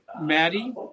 Maddie